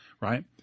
right